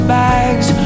bags